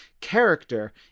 character